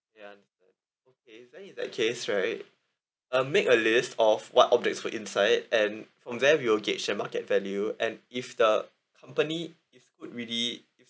ya okay then in that case right um make a list of what objects were inside and from there we'll gauge a market value and if the company if would really if